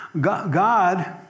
God